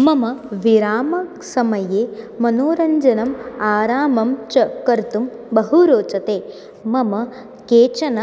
मम विरामसमये मनोरञ्जनम् आरामं च कर्तुं बहु रोचते मम केचन